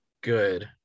good